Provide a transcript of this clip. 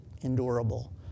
endurable